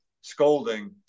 scolding